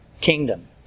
kingdom